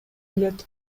билет